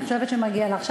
אני חושבת שמגיע לך,